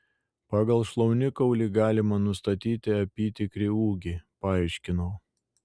pagal šlaunikaulį galima nustatyti apytikrį ūgį paaiškinau